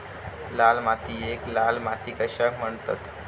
लाल मातीयेक लाल माती कशाक म्हणतत?